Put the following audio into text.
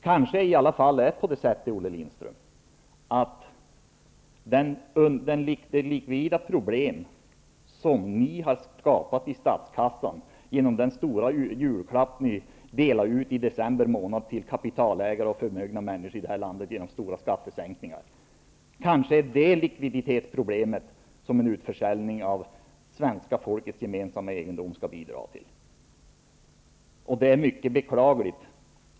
Kanske skall en utförsäljning av svenska folkets gemensamma egendom bidra till att lösa de likviditetsproblem i statskassan som ni skapade, genom den stora julklapp ni delade ut i december månad till kapitalägare och förmögna människor här i landet, med stora skattesänkningar. Det börjar visa sig alltmer att det är på det sättet. Det är mycket beklagligt.